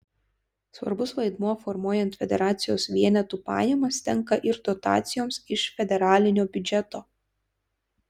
svarbus vaidmuo formuojant federacijos vienetų pajamas tenka ir dotacijoms iš federalinio biudžeto